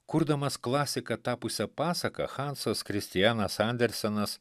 kurdamas klasika tapusią pasaką hansas kristianas andersenas